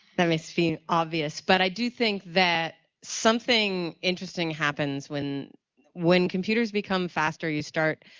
that must be obvious. but i do think that something interesting happens when when computers become faster you start,